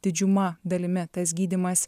didžiuma dalimi tas gydymas